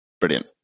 Brilliant